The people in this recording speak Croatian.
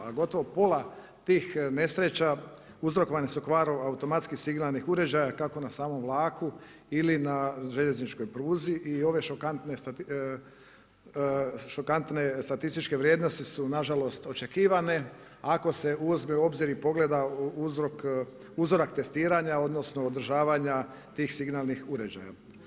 A gotovo pola tih nesreća uzrokovane su kvarom automatskih signalnih uređaja kako na samom vlaku ili na željezničkoj pruzi i ove šokantne statističke vrijednosti su nažalost očekivane ako se uzme u obzir i pogleda u uzorak testiranja odnosno održavanja tih signalnih uređaja.